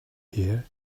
here